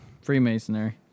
Freemasonry